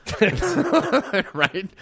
right